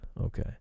Okay